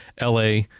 la